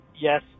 Yes